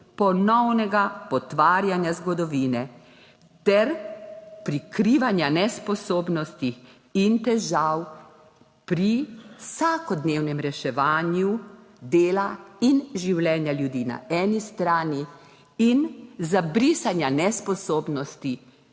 ponovnega potvarjanja zgodovine ter prikrivanja nesposobnosti in težav pri vsakodnevnem reševanju dela in življenja ljudi na eni strani in za brisanja nesposobnosti